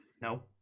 No